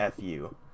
FU